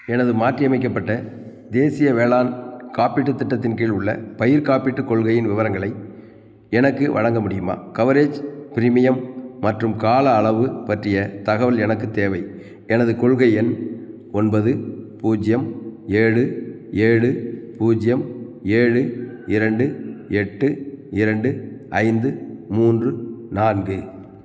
எனது மாற்றியமைக்கப்பட்ட தேசிய வேளாண் காப்பீட்டு திட்டத்தின் கீழ் உள்ள பயிர் காப்பீட்டு கொள்கையின் விவரங்களை எனக்கு வழங்க முடியுமா கவரேஜ் பிரீமியம் மற்றும் கால அளவு பற்றிய தகவல் எனக்கு தேவை எனது கொள்கை எண் ஒன்பது பூஜ்ஜியம் ஏழு ஏழு பூஜ்ஜியம் ஏழு இரண்டு எட்டு இரண்டு ஐந்து மூன்று நான்கு